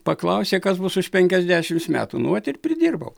paklausė kas bus už penkiasdešimts metų nu vat ir pridirbau